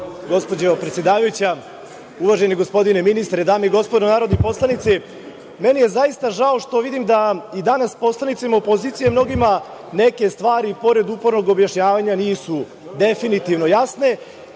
predsedavajuća, uvaženi gospodine ministre, dame i gospodo narodni poslanici, meni je zaista žao što vidim da i danas poslanicima opozicije mnogima neke stvari pored upornog objašnjavanja, nisu definitivno jasne,